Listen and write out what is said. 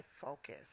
focus